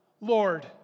Lord